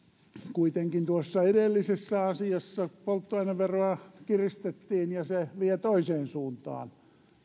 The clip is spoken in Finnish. kuitenkin tuossa edellisessä asiassa polttoaineveroa kiristettiin ja se vie toiseen suuntaan